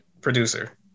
producer